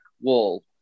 wall